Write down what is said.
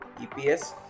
EPS